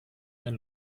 ein